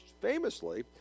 famously